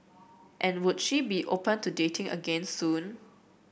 and would she be open to dating again soon